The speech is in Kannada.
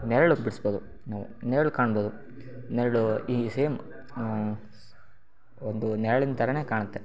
ನೆರಳು ಬಿಡಿಸ್ಬೋದು ನೀವು ನೆರಳು ಕಾಣ್ಬೋದು ನೆರಳು ಈ ಸೇಮ್ ಒಂದು ನೆರ್ಳಿನ ಥರವೇ ಕಾಣುತ್ತೆ